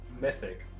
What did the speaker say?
mythic